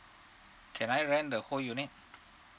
can I rent the whole unit